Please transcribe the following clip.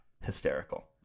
hysterical